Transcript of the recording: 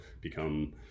become